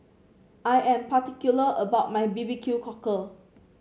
I am particular about my B B Q Cockle